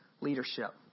leadership